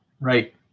right